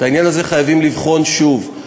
את העניין הזה חייבים לבחון שוב.